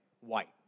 white